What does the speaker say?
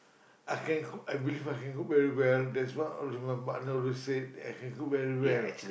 I can cook I believe I can cook very well that's what always my partner always said that I can cook very well